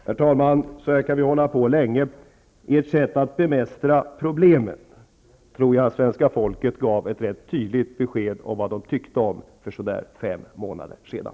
Herr talman! Så här kan vi hålla på länge. Ett säütt att bemästra problemen gav svenska folket ett rätt tydligt besked om för så där fem månader sedan.